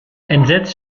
entsetzt